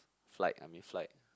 flight I mean flight